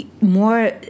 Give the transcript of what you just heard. more